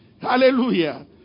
Hallelujah